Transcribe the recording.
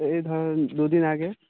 এই ধরো দু দিন আগে